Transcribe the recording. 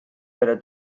pero